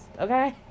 okay